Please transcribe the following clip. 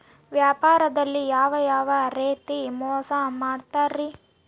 ವ್ಯಾಪಾರದಲ್ಲಿ ಯಾವ್ಯಾವ ರೇತಿ ಮೋಸ ಮಾಡ್ತಾರ್ರಿ?